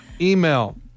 Email